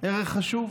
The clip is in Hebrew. ערך חשוב,